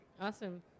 awesome